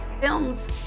Films